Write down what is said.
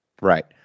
Right